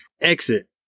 exit